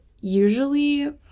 Usually